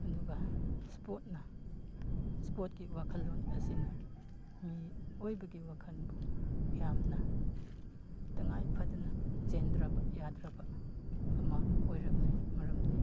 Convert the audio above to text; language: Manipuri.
ꯑꯗꯨꯒ ꯏꯁꯄꯣꯔꯠꯅ ꯏꯁꯄꯣꯔꯠꯀꯤ ꯋꯥꯈꯜꯂꯣꯟ ꯑꯁꯤ ꯃꯤꯑꯣꯏꯕꯒꯤ ꯋꯥꯈꯜꯕꯨ ꯌꯥꯝꯅ ꯇꯉꯥꯏ ꯐꯗꯅ ꯆꯦꯟꯗ꯭ꯔꯕ ꯌꯥꯗ꯭ꯔꯕ ꯑꯃ ꯑꯣꯏꯔꯛꯂꯤ ꯃꯔꯝꯗꯤ